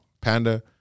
Panda